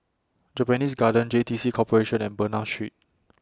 Japanese Garden J T C Corporation and Bernam Street